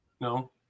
No